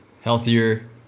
healthier